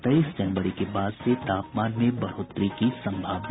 तेईस जनवरी के बाद से तापमान में बढ़ोतरी की संभावना